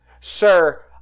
sir